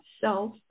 self